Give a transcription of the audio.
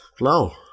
No